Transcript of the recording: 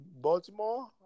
Baltimore